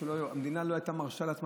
המדינה לא הייתה מרשה לעצמה